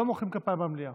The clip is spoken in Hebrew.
לא מוחאים כפיים במליאה